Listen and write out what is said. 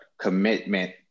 commitment